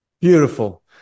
Beautiful